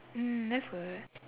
mm that's good